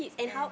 yeah